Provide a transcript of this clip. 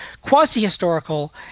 quasi-historical